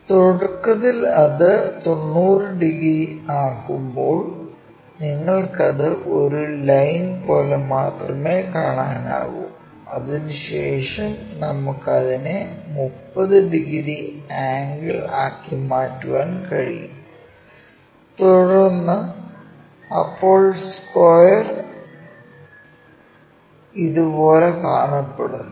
തുടക്കത്തിൽ അത് 90 ഡിഗ്രി ആകുമ്പോൾ നിങ്ങൾക്കത് ഒരു ലൈൻ പോലെ മാത്രമേ കാണാനാകൂ അതിനുശേഷം നമുക്ക് അതിനെ 30 ഡിഗ്രി ആംഗിൾ ആക്കി മാറ്റാൻ കഴിയും തുടർന്ന് അപ്പോൾ സ്ക്വയർ ഇത് പോലെ കാണപ്പെടുന്നു